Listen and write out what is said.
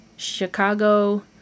Chicago